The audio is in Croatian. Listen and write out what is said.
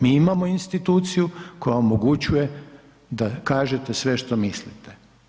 Mi imamo instituciju koja omogućuje da kažete sve što mislite.